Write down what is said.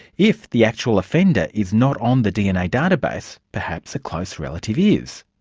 if the actual offender is not on the dna database, perhaps a close relative is.